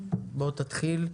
תתחיל,